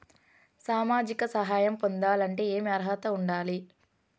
సామాజిక సహాయం పొందాలంటే ఏమి అర్హత ఉండాలి?